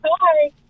Hi